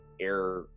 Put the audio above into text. air